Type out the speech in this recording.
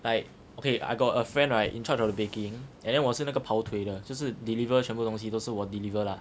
like okay I got a friend right in charge of the baking and then 我是那个跑腿的就是 deliver 全部东西都是我 deliver lah